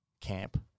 camp